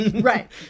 Right